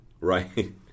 right